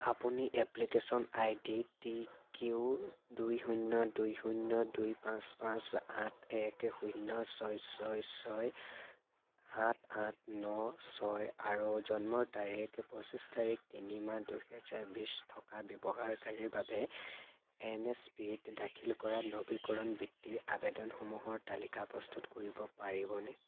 আপুনি application ID T Q দুই শূন্য দুই শূন্য দুই পাঁচ পাঁচ আঠ এক শূন্য ছয় ছয় ছয় সাত আঠ ন ছয় আৰু জন্মৰ তাৰিখ পঁচিছ তাৰিখ তিনি মাহ দুহেজাৰ বিছ থকা ব্যৱহাৰকাৰীৰ বাবে এনএছপিত দাখিল কৰা নৱীকৰণ বৃত্তি আবেদনসমূহৰ তালিকা প্ৰস্তুত কৰিব পাৰিবনে